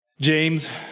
James